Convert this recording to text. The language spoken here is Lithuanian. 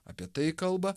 apie tai kalba